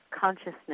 consciousness